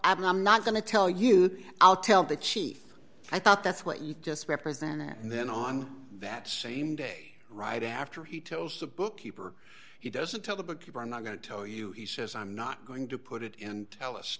i'm not going to tell you i'll tell the chief i thought that's what you just represented and then on that same day right after he tells a bookkeeper he doesn't tell the keeper i'm not going to tell you he says i'm not going to put it and tell us